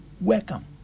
Welcome